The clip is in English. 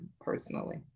personally